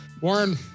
Warren